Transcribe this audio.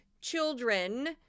children